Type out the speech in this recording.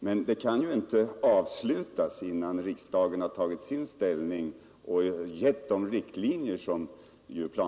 Men detta kan ju inte avslutas innan riksdagen har tagit ställning till dessa riktlinjer.